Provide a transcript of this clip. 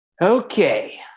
Okay